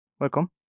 Welcome